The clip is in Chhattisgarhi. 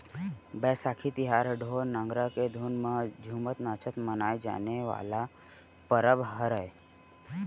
बइसाखी तिहार ह ढोर, नंगारा के धुन म झुमत नाचत मनाए जाए वाला परब हरय